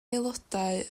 aelodau